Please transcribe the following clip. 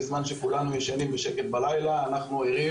בזמן שכולנו ישנים בשקט בלילה, אנחנו ערים.